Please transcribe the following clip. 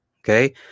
Okay